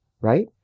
right